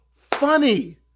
funny